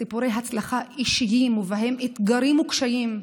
אלה סיפורי הצלחה אישיים, ובהם אתגרים וקשיים,